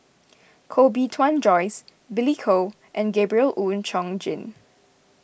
Koh Bee Tuan Joyce Billy Koh and Gabriel Oon Chong Jin